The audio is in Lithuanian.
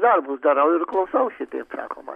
darbus darau ir klausausi kaip sakoma